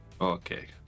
Okay